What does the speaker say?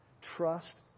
trust